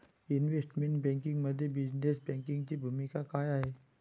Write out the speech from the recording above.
Investment बँकिंगमध्ये business बँकिंगची भूमिका काय आहे?